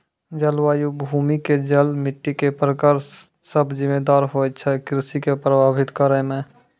जलवायु, भूमि के जल, मिट्टी के प्रकार सब जिम्मेदार होय छै कृषि कॅ प्रभावित करै मॅ